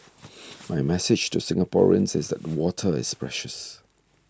my message to Singaporeans is that water is precious